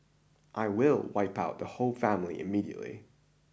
I will wipe out the whole family immediately